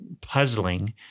puzzling